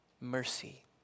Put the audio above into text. mercy